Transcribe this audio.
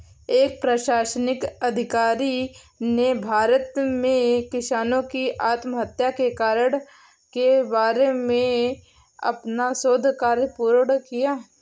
एक प्रशासनिक अधिकारी ने भारत में किसानों की आत्महत्या के कारण के बारे में अपना शोध कार्य पूर्ण किया